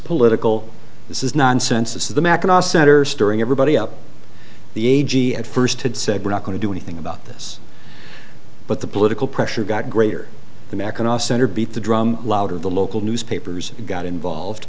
political this is nonsense this is the mackinaw center stirring everybody up the a g at first had said we're not going to do anything about this but the political pressure got greater the mackinaw center beat the drum louder the local newspapers got involved